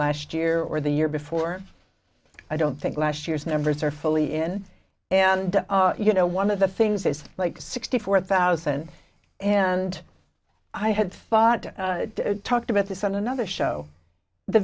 last year or the year before i don't think last year's numbers are fully in and you know one of the things is like sixty four thousand and i had thought to talk about this on another show the